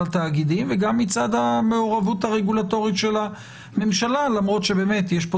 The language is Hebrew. התאגידים וגם מצב המעורבות הרגולטורית של הממשלה למרות שבאמת יש כאן